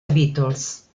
beatles